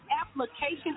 application